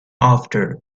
after